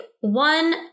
one